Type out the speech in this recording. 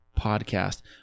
Podcast